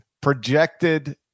projected